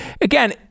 Again